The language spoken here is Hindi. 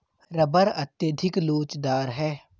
रबर अत्यधिक लोचदार है